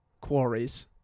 quarries